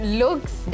looks